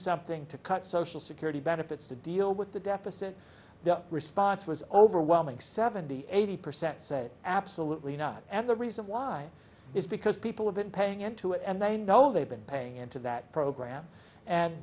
something to cut social security benefits to deal with the deficit the response was overwhelming seventy eighty percent said absolutely not and the reason why is because people have been paying into it and they know they've been paying into that program and